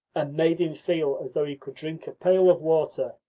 and made him feel as though he could drink a pail of water.